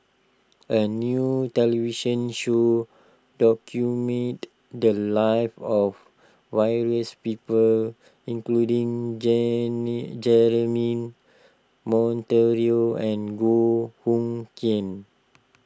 a new television show documented the lives of various people including Jemmy Jeremy Monteiro and Goh Hood Keng